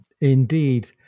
Indeed